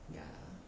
ya